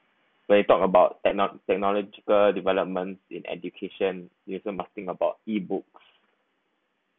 when you talk about techno~ technological developments in education isn't nothing about ebooks